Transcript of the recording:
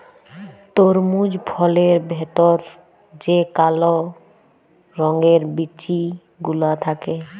তরমুজ ফলের ভেতর যে কাল রঙের বিচি গুলা থাক্যে